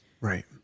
right